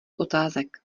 otázek